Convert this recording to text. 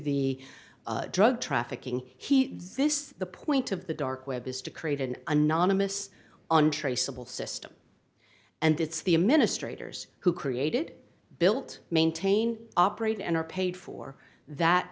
the drug trafficking he sis the point of the dark web is to create an anonymous untraceable system and it's the a ministers who created built maintain operate and are paid for that